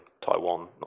Taiwan